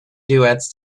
duets